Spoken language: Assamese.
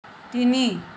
তিনি